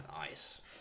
nice